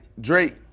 Drake